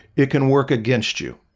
it can work against you.